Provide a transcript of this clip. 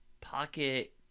pocket